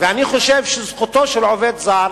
ואני חושב שזכותו של עובד זר